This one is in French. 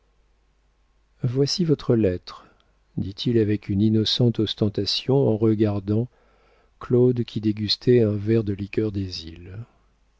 voici votre lettre dit-il avec une innocente ostentation en regardant claude qui dégustait un verre de liqueur des îles